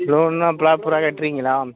லோன்லாம் ப்ராப்பராக கட்டுறீங்களா